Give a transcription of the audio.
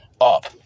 up